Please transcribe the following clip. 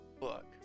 look